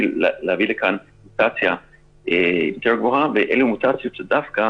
להביא לכאן מוטציה יותר גבוה ואלה מוטציות שדווקא